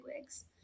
wigs